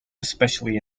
especially